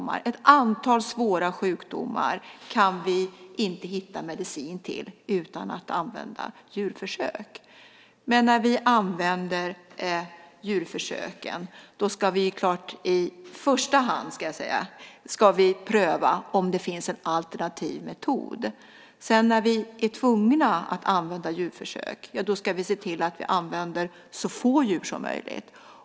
Det finns ett antal svåra sjukdomar som vi inte kan hitta medicin för utan att använda djurförsök. Men när vi använder djurförsök ska vi i första hand pröva om det finns en alternativ metod. När vi sedan är tvungna att använda djurförsök ska vi se till att vi använder så få djur som möjligt.